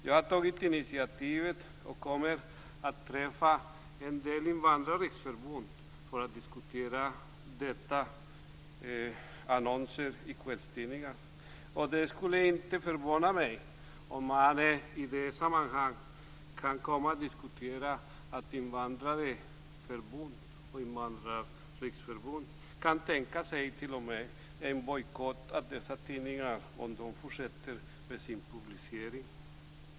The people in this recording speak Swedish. Jag har tagit ett initiativ i detta sammanhang och kommer att träffa en del invandrarriksförbund för att diskutera de här annonserna i kvällstidningarna. Det skulle inte förvåna mig om man i det sammanhanget kan komma att diskutera att invandrarförbund och invandrarriksförbund t.o.m. kan tänka sig en bojkott av de här tidningarna om de fortsätter med sin publicering.